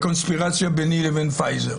לקונספירציה ביני לבין פייזר.